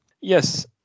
yes